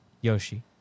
Yoshi